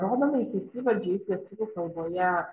rodomaisiais įvardžiais lietuvių kalboje